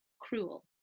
cruel